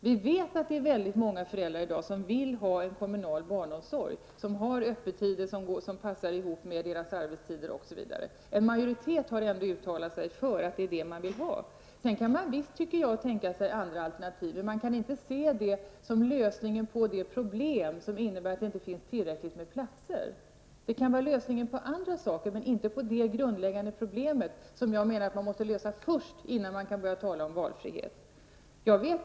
Vi vet att många föräldrar vill ha en kommunal barnomsorg med öppettider som passar ihop med deras arbetstider osv. En majoritet har ändå uttalat sig för att det är detta man vill ha. Sedan kan vi visst tänka oss andra alternativ, men det är ingen lösning på det problem som innebär att det inte finns tillräckligt med platser. Det kan vara lösningen på andra saker men inte på det grundläggande problemet, som jag menar att måste lösa först, innan man kan börja tala om valfrihet.